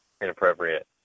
inappropriate